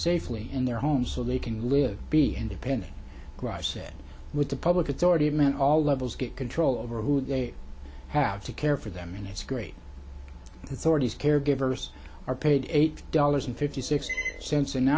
safely in their home so they can live be independent dr said with the public authority of men all levels get control over who they have to care for them and it's great it's already caregivers are paid eight dollars and fifty six cents an